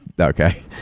Okay